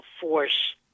force